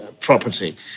property